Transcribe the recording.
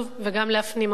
וגם להפנים אותה.